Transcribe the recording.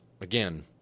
again